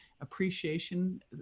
appreciation